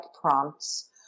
prompts